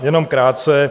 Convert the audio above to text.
Jenom krátce.